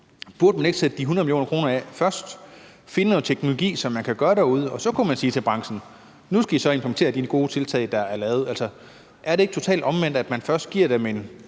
Burde man ikke sætte de 100 mio. kr. af først, finde noget teknologi, som man kan bruge derude, og så sige til branchen: Nu skal I så implementere de gode tiltag, der er lavet? Altså, er det ikke totalt omvendt, at man først giver dem en